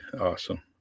Awesome